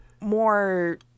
more